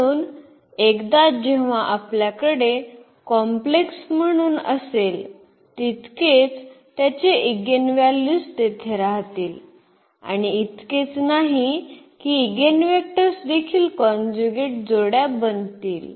म्हणून एकदा जेंव्हा आपल्याकडे कॉम्प्लेक्स मूल्य असेल तितकेच त्याचे इगेनव्हॅल्यूज तेथे राहतील आणि इतकेच नाही की इगेनवेक्टर्स देखील कॉन्जुगेट जोड्या बनतील